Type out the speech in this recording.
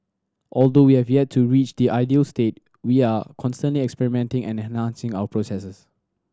although we have yet to reach the ideal state we are consoling experimenting and enhancing our processes